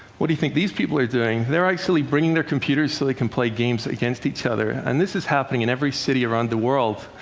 what do you think these people are doing? they're actually bringing their computers so they can play games against each other. and this is happening in every city around the world.